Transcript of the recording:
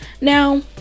Now